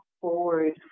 forward